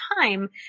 time